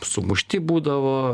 sumušti būdavo